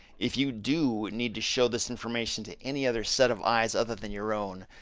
if you do need to show this information to any other set of eyes other than your own,